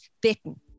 bitten